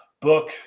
book